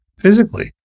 physically